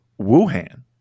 Wuhan